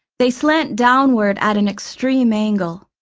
they slant downward at an extreme angle,